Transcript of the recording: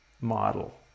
model